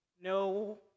No